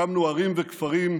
הקמנו ערים וכפרים,